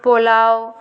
pulao